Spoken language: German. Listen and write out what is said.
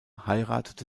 heiratete